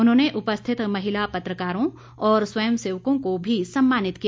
उन्होंने उपस्थित महिला पत्रकारों और स्वयं सेवकों को भी सम्मानित किया